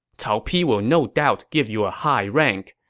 cao pi will no doubt give you a high rank.